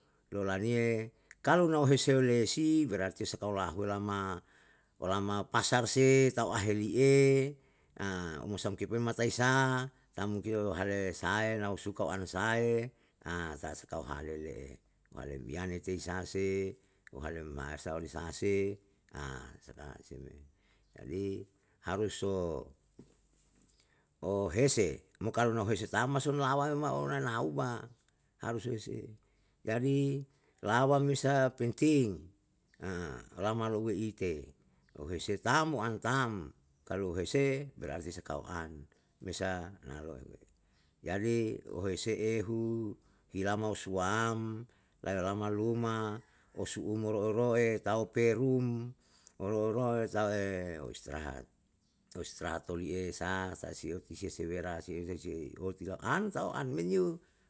Lolanie kalu nau hesilo lesi berarti sakao lahuwe lau lama, olama pasar se, tau aheli'e, omosan kepen mata isa tam mungkin hale sae nau suka ano sae, ta sakau hale le'e, walem yane tei sa se, uhale memasa oli sa se, saka se me. Jadi haruso ohese, mo kalu nau hese tam mason lawa me mae onanauma, harus we se. Jadi lawa messa penting, lama louwe ite. lou hese tam mo an tam, aklu hese berarti sakao an, mesa na lo'o. Jadi ohese ehu ilama usuwam, lailolama luma, osu umur roroe, tau perum oroe roe tau'e, istirahat, tau istirahat oliye sa sasi'o sisiye sewera siese si oti lau an tau an men yo